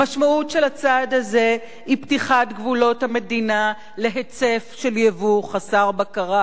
המשמעות היא פתיחת גבולות המדינה להיצף של יבוא חסר בקרה.